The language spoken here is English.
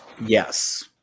yes